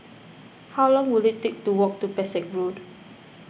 how long will it take to walk to Pesek Road